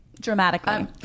Dramatically